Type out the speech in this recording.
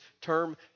term